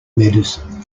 medicine